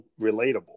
relatable